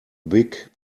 big